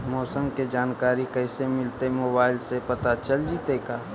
मौसम के जानकारी कैसे मिलतै मोबाईल से पता चल जितै का?